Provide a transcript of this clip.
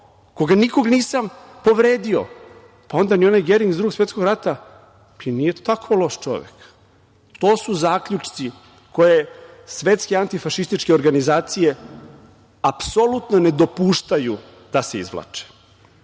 koji nikog nisam povredio, pa onda ni onaj Gering iz Drugog svetskog rata i nije tako loš čovek. To su zaključci koje svetske antifašističke organizacije apsolutno ne dopuštaju da se izvlače.